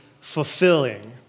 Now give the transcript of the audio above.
fulfilling